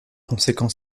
conséquent